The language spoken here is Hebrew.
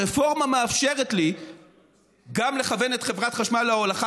הרפורמה מאפשרת לי גם לכוון את חברת חשמל להולכה